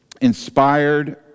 inspired